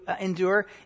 endure